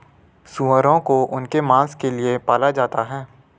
सूअरों को उनके मांस के लिए पाला जाता है